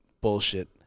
Bullshit